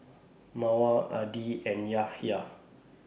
Mawar Adi and Yahya